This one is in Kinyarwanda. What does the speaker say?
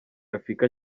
rafiki